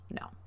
No